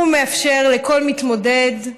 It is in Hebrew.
הוא מאפשר לכל מתמודד,